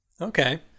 Okay